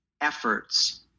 efforts